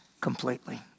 completely